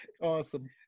Awesome